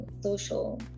social